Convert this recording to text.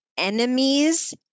enemies